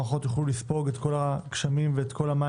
המערכות יוכלו לספוג את כל הגשמים והמים